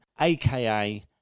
aka